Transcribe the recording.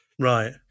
Right